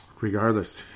regardless